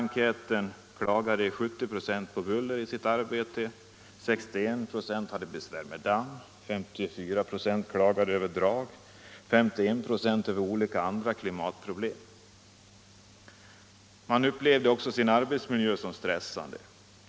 Man upplevde också sin arbetsmiljö som stressande.